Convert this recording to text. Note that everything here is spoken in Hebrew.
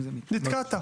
נתקעת.